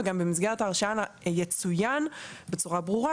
וגם במסגרת ההרשאה יצוין בצורה ברורה